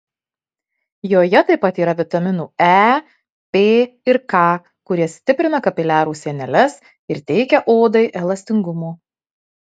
joje taip pat yra vitaminų e p ir k kurie stiprina kapiliarų sieneles ir teikia odai elastingumo